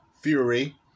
Fury